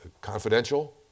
confidential